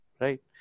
right